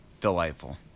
Delightful